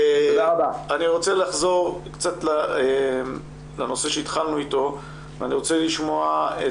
אני רוצה לחזור לנושא שהתחלנו איתו, רועי